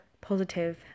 positive